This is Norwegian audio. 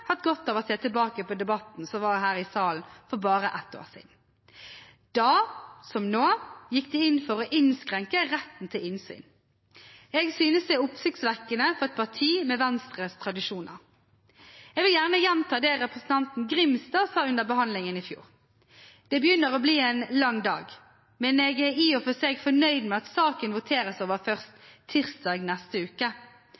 hatt godt av å se tilbake på debatten som var her i salen for bare ett år siden. Da som nå gikk de inn for å innskrenke retten til innsyn. Jeg synes det er oppsiktsvekkende fra et parti med Venstres tradisjoner. Jeg vil gjerne gjenta det representanten Grimstad sa under behandlingen i fjor: «Det begynner å bli en lang dag, men jeg er i og for seg fornøyd med at saken voteres over først